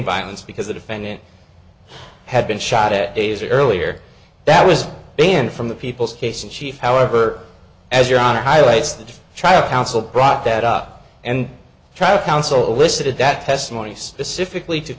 violence because the defendant had been shot at days earlier that was banned from the people's case in chief however as your honor highlights the trial counsel brought that up and try to counsel elicited that testimony specific